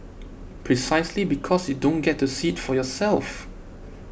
precisely because you don't get to see it for yourself